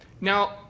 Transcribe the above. Now